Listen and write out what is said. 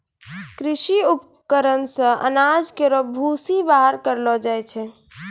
कृषि उपकरण से अनाज केरो भूसी बाहर करलो जाय छै